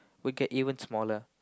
we'll get even smaller